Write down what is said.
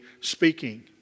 speaking